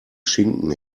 schinken